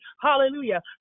hallelujah